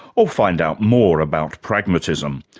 or find out more about pragmatism.